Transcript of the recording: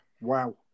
Wow